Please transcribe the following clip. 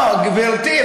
לא, גברתי.